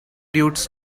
duets